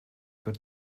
par